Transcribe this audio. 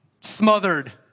smothered